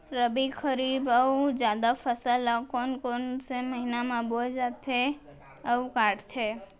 रबि, खरीफ अऊ जादा फसल ल कोन कोन से महीना म बोथे अऊ काटते?